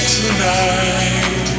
tonight